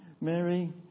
Mary